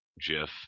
Jeff